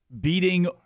beating